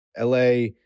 LA